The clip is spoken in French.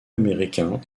américain